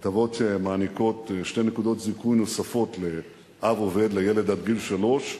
הטבות שמעניקות שתי נקודות זיכוי נוספות לאב עובד לילד עד גיל שלוש,